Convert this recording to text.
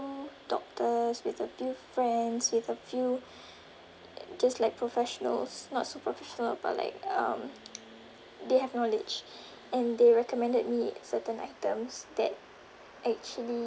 doctors with a few friends with a few these like professionals not so professional but like um they have knowledge and they recommended me certain items that actually